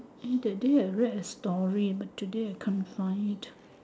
eh that day I read a story but today I can't find it